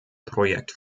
projekt